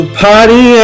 party